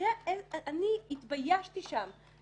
אני התביישתי שם.